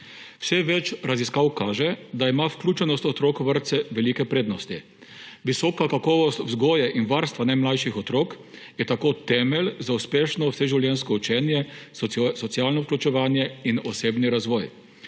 Vse več raziskav kaže, da ima vključenost otrok v vrtce velike prednosti. Visoka kakovost vzgoje in varstva najmlajših otrok je tako temelj za uspešno vseživljenjsko učenje, socialno vključevanje in osebni razvoj.